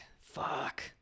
fuck